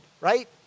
right